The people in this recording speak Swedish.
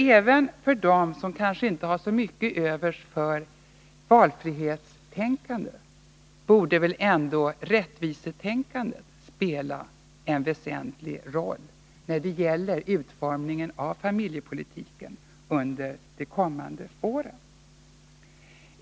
Även för dem som kanske inte har så mycket till övers för valfrihetstänkandet borde väl ändå rättvisetänkandet spela en väsentlig roll när det gäller utformningen av familjepolitiken under de kommande åren.